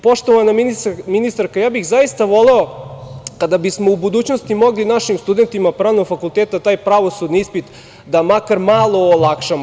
Poštovana ministarka, ja bih zaista voleo kada bismo u budućnosti mogli našim studentima pravnog fakulteta pravosudni ispit da makar malo olakšamo.